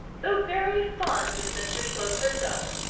though very fond of mr slope herself,